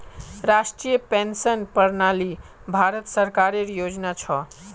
राष्ट्रीय पेंशन प्रणाली भारत सरकारेर योजना छ